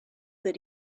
that